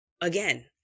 again